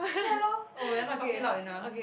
ya lor oh we're not talking loud enough